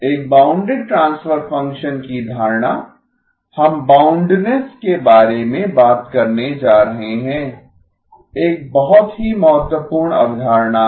एक bounded transfer function की धारणा हम बाउंडनेस के बारे में बात करने जा रहे हैं एक बहुत ही महत्वपूर्ण अवधारणा है